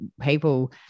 people